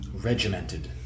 regimented